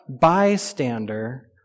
bystander